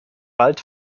bald